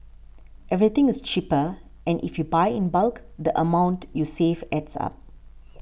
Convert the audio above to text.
everything is cheaper and if you buy in bulk the amount you save adds up